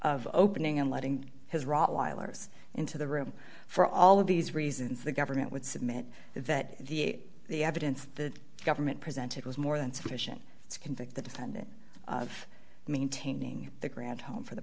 of opening and letting his rottweilers into the room for all of these reasons the government would submit that the the evidence the government presented was more than sufficient to convict the defendant of maintaining the grant home for the